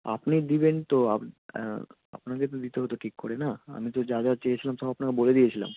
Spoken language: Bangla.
আপনি দেবেন তো আপনাকে তো দিতে হতো ঠিক করে না আমি তো যা যা চেয়েছিলাম সব আপনাকে বলে দিয়েছিলাম